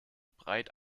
breit